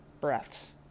breaths